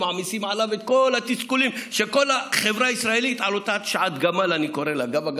מעמיסים עליו את כל התסכולים של כל החברה הישראלית באותה שעת "גב הגמל",